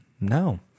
no